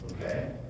Okay